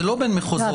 זה לא בין מחוזות.